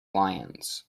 lions